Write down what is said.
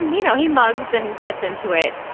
um you know, he mugs and gets into it.